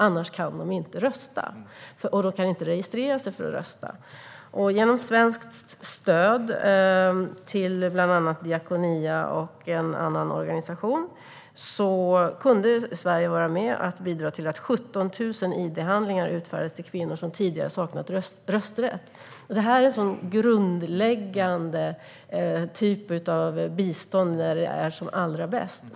Annars kan de inte rösta, och de kan inte registrera sig för att rösta. Genom svenskt stöd till bland annat Diakonia och en annan organisation kunde Sverige vara med och bidra till att 17 000 id-handlingar utfärdades till kvinnor som tidigare saknat rösträtt. Detta är en grundläggande typ av bistånd när det är som allra bäst.